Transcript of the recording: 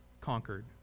conquered